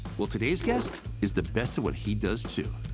well, today's guest is the best of what he does too.